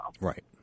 Right